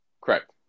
correct